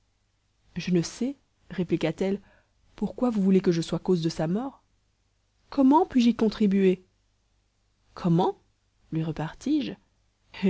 je ne sais répliqua-t-elle pourquoi vous voulez que je sois cause de sa mort comment puis-je y contribuer comment lui repartis-je